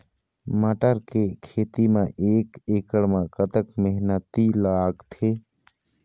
मटर के खेती म एक एकड़ म कतक मेहनती लागथे?